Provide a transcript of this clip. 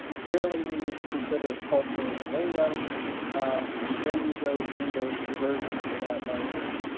clearly, we need to consider the culture and the lingo um when you go through those conversions to that language.